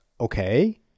Okay